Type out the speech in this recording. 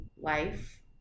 life